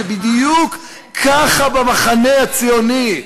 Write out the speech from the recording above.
זה בדיוק ככה במחנה הציוני.